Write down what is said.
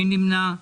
מי נמנע?